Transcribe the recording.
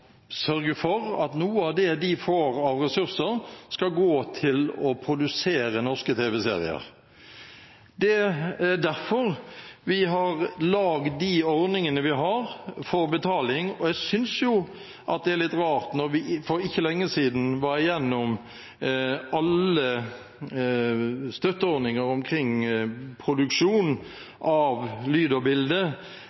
sørge for at noe av det den får av ressurser, skal gå til å produsere norske tv-serier. Det er derfor vi har lagd de ordningene vi har for betaling. Jeg synes det er litt rart at når vi for ikke lenge siden var gjennom alle støtteordninger omkring produksjon